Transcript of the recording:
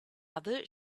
other